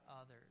others